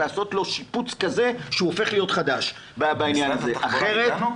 לעשות לו שיפוץ כזה שהוא הופך להיות חדש -- משרד התחבורה איתנו?